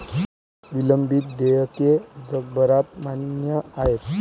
विलंबित देयके जगभरात मान्य आहेत